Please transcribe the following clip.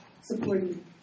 supporting